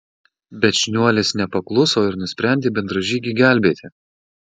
bet šniuolis nepakluso ir nusprendė bendražygį gelbėti